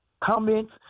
comments